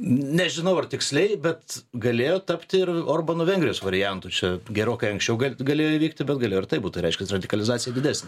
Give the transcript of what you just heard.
nežinau ar tiksliai bet galėjo tapti ir orbano vengrijos variantu čia gerokai anksčiau gal galėjo įvykti bet galėjo ir taip būt tai reiškias radikalizacija didesnė